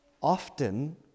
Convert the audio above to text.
often